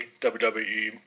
WWE